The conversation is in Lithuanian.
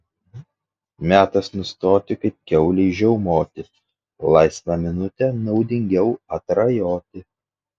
metas nustoti kaip kiaulei žiaumoti laisvą minutę naudingiau atrajoti